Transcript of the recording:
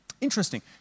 Interesting